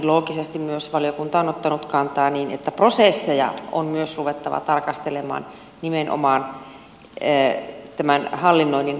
loogisesti myös valiokunta on ottanut kantaa niin että prosesseja on myös ruvettava tarkastelemaan nimenomaan tämän hallinnoinnin keventämiseksi